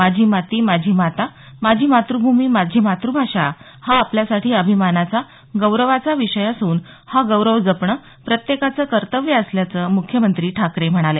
माझी माती माझी माता माझी मातृभूमी माझी मातृभाषा हा आपल्यासाठी अभिमानाचा गौरवाचा विषय असून हा गौरव जपणं प्रत्येकाचं कर्तव्य असल्याचं मुख्यमंत्री ठाकरे म्हणालं